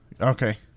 Okay